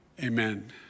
Amen